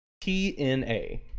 TNA